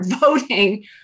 voting